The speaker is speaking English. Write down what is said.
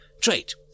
Trait